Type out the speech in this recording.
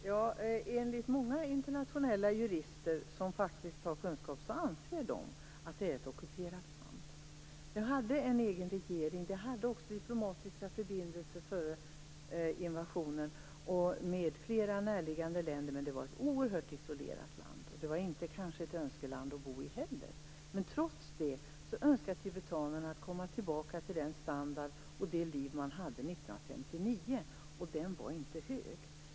Herr talman! Många internationella jurister som har kunskap om detta anser att det är ett ockuperat land. Det hade en egen regering. Det hade också diplomatiska förbindelser före invasionen med flera närliggande länder, men det var ett oerhört isolerat land. Det var kanske inte ett önskeland att bo i, men trots det önskar tibetanerna att komma tillbaka till den standard och det liv de hade 1959, och den var inte hög.